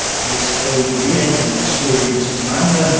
this gave the unit an experienced commander,